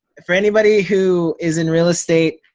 for anybody who is in real estate,